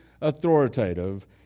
authoritative